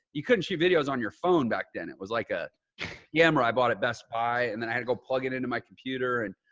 you couldn't shoot videos on your phone back then it was like a yeah camera i bought at best buy. and then i had to go plug it into my computer. and,